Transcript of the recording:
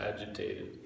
agitated